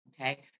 Okay